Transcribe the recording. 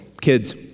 Kids